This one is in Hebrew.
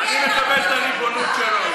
אני מכבד את הריבונות של,